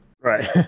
Right